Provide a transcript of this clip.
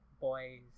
boys